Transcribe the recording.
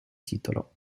titolo